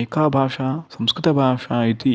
एका भाषा संस्कृतभाषा इति